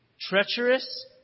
treacherous